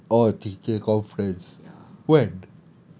what's that oh teacher conference when